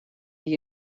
die